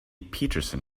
petersen